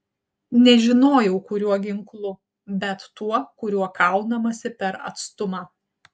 nežinojau kuriuo ginklu bet tuo kuriuo kaunamasi per atstumą